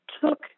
took